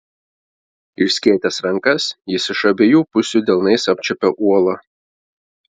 išskėtęs rankas jis iš abiejų pusių delnais apčiuopė uolą